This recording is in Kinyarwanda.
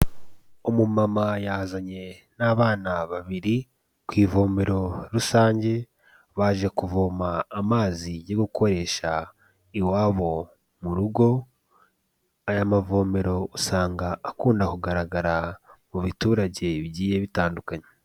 Umumama yazanye n'abana babiri, ku ivomero rusange, baje kuvoma amazi yo gukoresha iwabo mu rugo, aya mavomero usanga akunda kugaragara, mu biturage bigiye bitandukanye.